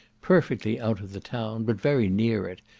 perfectly out of the town, but very near it,